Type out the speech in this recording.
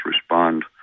respond